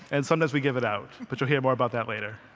and sometimes we give it out. but you'll hear more about that later.